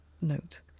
note